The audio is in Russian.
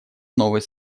новый